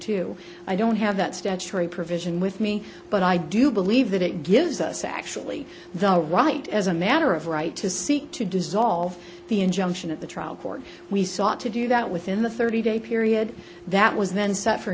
two i don't have that statutory provision with me but i do believe that it gives us actually the right as a matter of right to seek to dissolve the injunction at the trial court we sought to do that within the thirty day period that was then set for